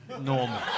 normal